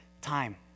time